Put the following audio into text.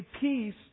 peace